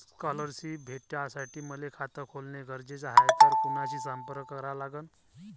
Scholarship भेटासाठी मले खात खोलने गरजेचे हाय तर कुणाशी संपर्क करा लागन?